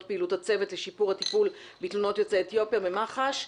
פעילות הצוות לשיפור הטיפול בתלונות יוצאי אתיופיה במח"ש.